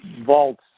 vaults